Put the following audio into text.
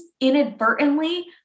inadvertently